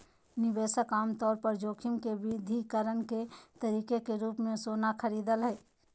निवेशक आमतौर पर जोखिम के विविधीकरण के तरीके के रूप मे सोना खरीदय हय